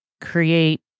create